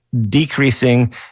decreasing